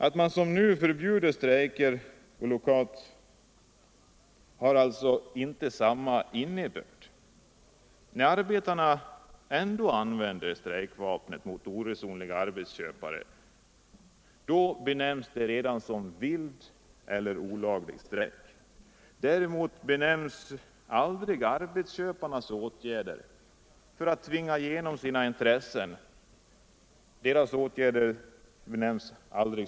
Att som nu ställa förbuden mot strejk och lockout mot varandra är alltså inte rättvisande. När arbetarna ändå använder strejkvapnet mot oresonliga arbetsköpare benämnes det vild eller olaglig strejk. Däremot benämns arbetsköparnas åtgärder för att tvinga igenom sina intressen aldrig som vilda.